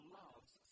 loves